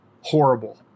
horrible